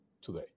today